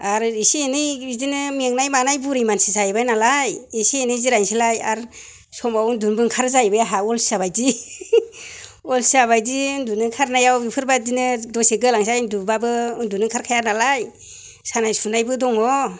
आरो इसे एनै बिदिनो मेंनाय बानाय बुरै मानसि जाहैबाय नालाय एसे एनै जिरायनोसैहाय आरो समाव उन्दुनोबो ओंखारो जाहैबाय आंहा अलसिया बायदि अलसिया बायदि उन्दुनो ओंखारनायाव बेफोरबायदिनो दसे गोलांसै उन्दुबाबो उन्दुनो ओंखारखाया नालाय सानाय सुनायबो दङ